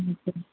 हजुर